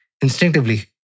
Instinctively